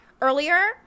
earlier